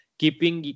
keeping